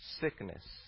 sickness